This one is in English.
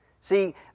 See